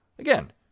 Again